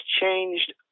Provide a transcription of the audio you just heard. changed